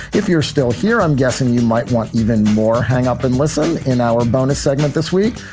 if you're still here, i'm guessing you might want even more. hang up and listen. in our bonus segment this week,